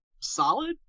solid